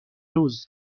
روز